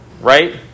right